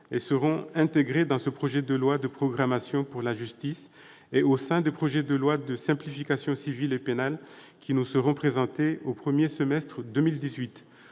seront intégrées dans ce projet de loi de programmation pour la justice et au sein des projets de loi de simplification civile et pénale qui nous seront présentés au premier semestre 2018.